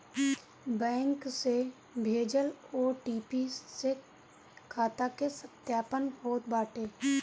bank से भेजल OTP से खाता के सत्यापन होत बाटे